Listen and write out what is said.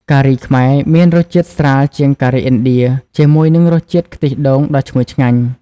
ការីខ្មែរមានរសជាតិស្រាលជាងការីឥណ្ឌា ជាមួយនឹងរសជាតិខ្ទិះដូងដ៏ឈ្ងុយឆ្ងាញ់ ។